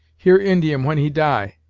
hear indian when he die,